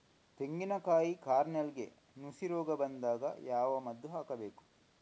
ತೆಂಗಿನ ಕಾಯಿ ಕಾರ್ನೆಲ್ಗೆ ನುಸಿ ರೋಗ ಬಂದಾಗ ಯಾವ ಮದ್ದು ಹಾಕಬೇಕು?